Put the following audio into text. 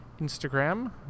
Instagram